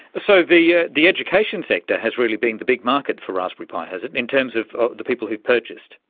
so the yeah the education sector has really been the big market for raspberry pi, has it, in terms of the people who have purchased?